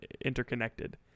interconnected